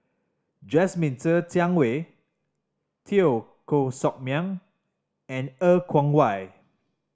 Jasmine Ser Xiang Wei Teo Koh Sock Miang and Er Kwong Wah